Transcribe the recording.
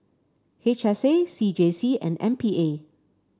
H S A C J C and M P A